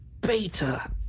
Beta